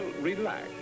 relax